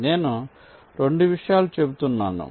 నేను 2 విషయాలు చెబుతున్నాను